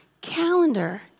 calendar